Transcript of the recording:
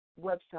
website